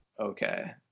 okay